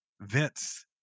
Vince